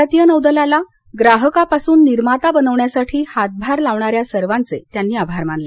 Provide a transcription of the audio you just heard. भारतीय नौदलाला ंग्राहकापासून निर्माता बनवण्यासाठी हातभार लावणाऱ्या सर्वाचे त्यांनी आभार मानले